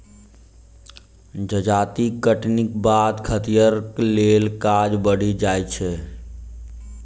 जजाति कटनीक बाद खतिहरक लेल काज बढ़ि जाइत छै